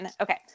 okay